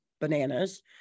bananas